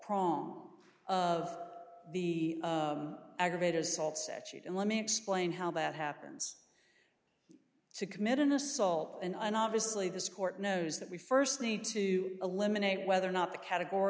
prom of the aggravated assault sachi and let me explain how that happens to commit an assault and i know obviously this court knows that we first need to eliminate whether or not the categor